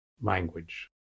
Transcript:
language